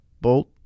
bolt